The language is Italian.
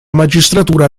magistratura